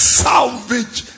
salvage